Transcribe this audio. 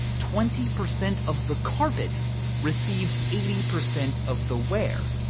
twenty percent of the carpet receives eighty percent of the wear.